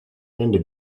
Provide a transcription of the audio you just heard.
into